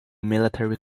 military